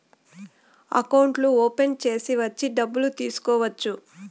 అకౌంట్లు ఓపెన్ చేసి వచ్చి డబ్బులు తీసుకోవచ్చు